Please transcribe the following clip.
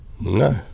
No